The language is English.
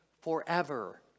forever